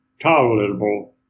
tolerable